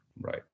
right